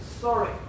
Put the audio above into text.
Sorry